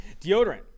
deodorant